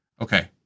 Okay